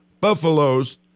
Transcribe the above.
Buffaloes